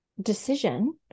decision